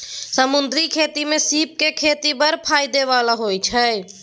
समुद्री खेती मे सीपक खेती बड़ फाएदा बला होइ छै